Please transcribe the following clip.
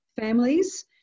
families